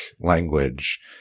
language